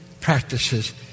practices